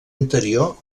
interior